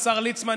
השר ליצמן,